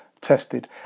Tested